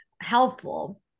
helpful